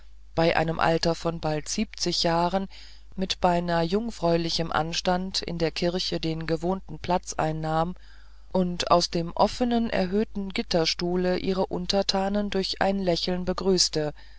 bei einem alter von bald siebenzig jahren mit beinah jungfräulichem anstand in der kirche den gewohnten platz einnahm und aus dem offenen erhöhten gitterstuhl ihre untertanen durch ein lächeln begrüßte